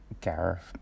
Gareth